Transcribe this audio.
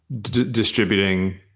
distributing